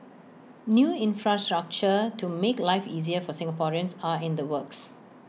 new infrastructure to make life easier for Singaporeans are in the works